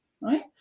Right